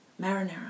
marinara